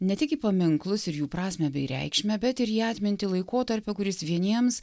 ne tik į paminklus ir jų prasmę bei reikšmę bet ir į atmintį laikotarpio kuris vieniems